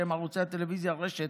שהם ערוצי טלוויזיה רשת,